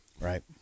Right